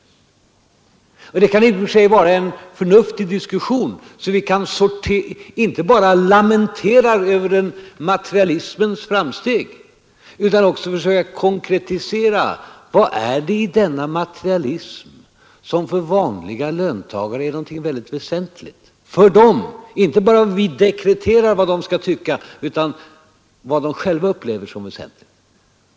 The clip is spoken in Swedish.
I och för sig kan det vara en förnuftig diskussion, så att vi inte bara lamenterar över materialismens framsteg utan också försöker konkretisera: Vad är det i denna materialism som för vanliga löntagare är någonting väldigt väsentligt? Det skall inte vara vad vi dekreterar att de skall tycka utan vad de själva upplever som väsentligt.